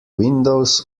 windows